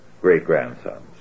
great-grandsons